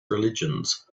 religions